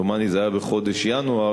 דומני שזה היה בחודש ינואר,